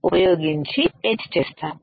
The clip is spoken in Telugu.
ఉపయోగించి ఎచ్ చేస్తాము